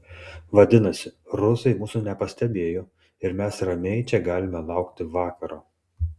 vadinasi rusai mūsų nepastebėjo ir mes ramiai čia galime laukti vakaro